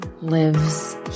Lives